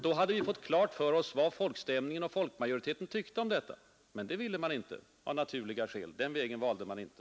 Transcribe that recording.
Då hade vi fått klart för oss vad folkstämningen. och folkmajoriteten tyckte om detta. Men det ville man av naturliga skäl inte, och den utvägen valde man inte.